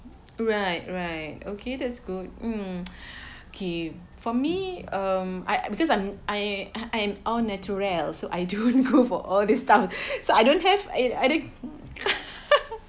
right right okay that's good um okay for me um I because I'm I'm I'm all natural so I don't know for all this stuff so I don't have I don't